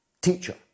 teacher